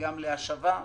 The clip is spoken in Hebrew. גם להשבה,